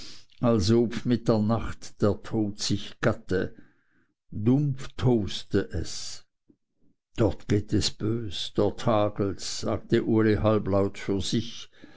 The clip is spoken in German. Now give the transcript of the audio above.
der nacht der tod sich gatte dumpf toste es dort geht es bös dort hagelts sagte uli halblaut für sich